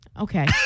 Okay